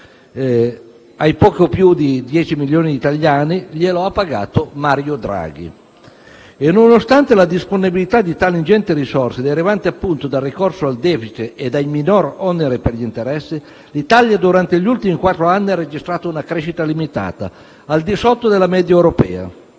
ai poco più di 10 milioni di italiani che ne beneficiano glielo ha pagato Mario Draghi. Nonostante la disponibilità di tali ingenti risorse, derivanti appunto dal ricorso al debito e dai minori oneri per gli interessi, l'Italia durante gli ultimi quattro anni ha registrato una crescita limitata, al di sotto della media europea.